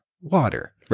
water